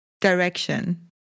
direction